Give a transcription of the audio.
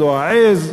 העז,